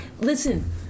listen